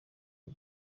ubu